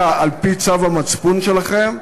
להצביע על-פי צו המצפון שלכם,